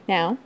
Now